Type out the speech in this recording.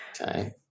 Okay